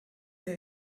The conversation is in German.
der